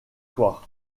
soirs